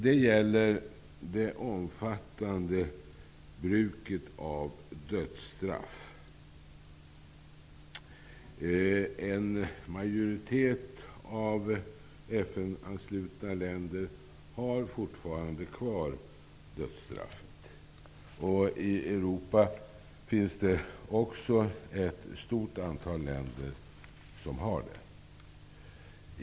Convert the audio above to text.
Det gäller det omfattande bruket av dödsstraff. En majoritet av FN-anslutna länder har fortfarande kvar dödsstraffet. I Europa finns också ett stort antal länder som har det.